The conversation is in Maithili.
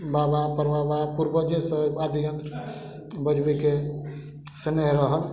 बाबा परबाबा पूर्वजेसँ वाद्य यन्त्र बजबैके से जानै रहल